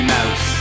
Mouse